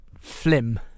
Flim